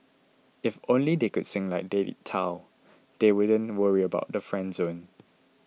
if only they could sing like David Tao they wouldn't worry about the friend zone